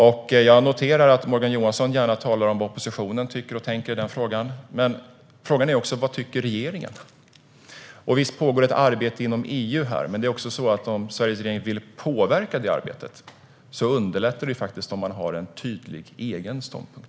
Jag noterar att Morgan Johansson gärna talar om vad oppositionen tycker och tänker i den frågan. Men frågan är vad regeringen tycker. Visst pågår det ett arbete inom EU, men om Sveriges regering vill påverka det arbetet underlättar det faktiskt om man har en tydlig egen ståndpunkt.